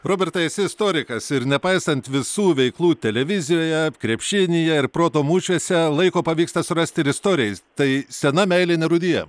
robertai esi istorikas ir nepaisant visų veiklų televizijoje krepšinyje ir proto mūšiuose laiko pavyksta surasti ir istorijai tai sena meilė nerūdija